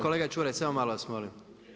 Kolega Čuraj, samo malo vas molim.